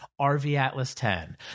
RVAtlas10